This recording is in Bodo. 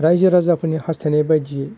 रायजो राजाफोरनि हासथायनायबायदि